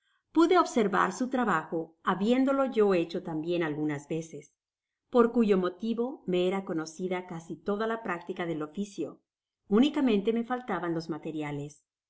pude observar su trabajo habiéndolo yo hecho tambien algunas veces por cuyo motivo me era conocida casi toda la práctica del oficio unicamente me faltaban los materiales